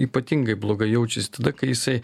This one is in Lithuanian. ypatingai blogai jaučiasi tada kai jisai